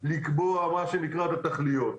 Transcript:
לקבוע את התכליות.